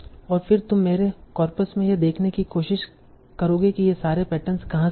और फिर तुम मेरे कार्पस में यह देखने की कोशिश करोगे कि ये सारे पैटर्न कहां से होते हैं